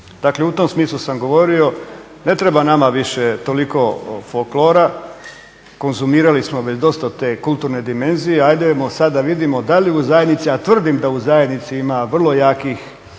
Dakle u tom smislu sam govorio. Ne treba nama više toliko folklora, konzumirali smo već dosta te kulturne dimenzije, ajmo sada vidjeti da li u zajednici, a tvrdim da u zajednici ima vrlo jakih